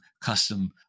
custom